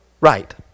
right